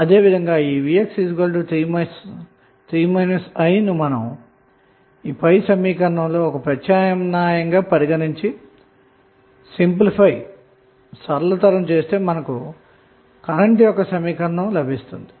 అదే విధంగా vx3 i విలువను పై సమీకరణంలో ఉపయోగించి సరళతరం చేస్తే మనకు కరెంటు i యొక్క ఈ సమీకరణం లభిస్తుంది